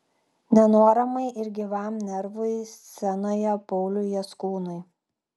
nenuoramai ir gyvam nervui scenoje pauliui jaskūnui